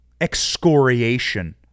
excoriation